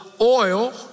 oil